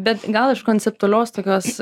bet gal iš konceptualios tokios